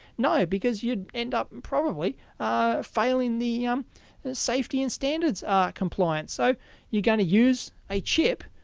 no, because you'd end up probably failing the um safety and standards compliance. so you're going to use a chip,